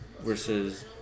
versus